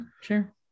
sure